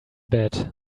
bed